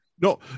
No